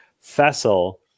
Fessel